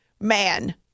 Man